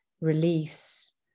release